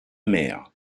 mère